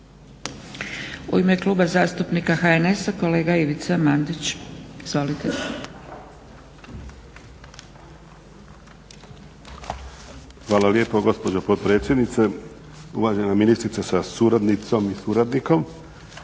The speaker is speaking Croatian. U ime Kluba zastupnika HNS-a kolega Ivica Mandić. Izvolite. **Mandić, Ivica (HNS)** Hvala lijepo gospođo potpredsjednice. Uvažena ministrice sa suradnicom i suradnikom.